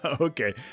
Okay